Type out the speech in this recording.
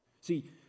See